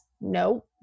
No